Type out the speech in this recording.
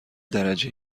درجه